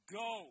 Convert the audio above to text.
go